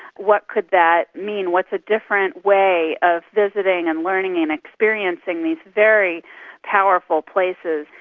what could that mean, what's a different way of visiting and learning and experiencing these very powerful places,